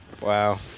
Wow